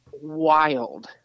wild